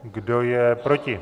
Kdo je proti?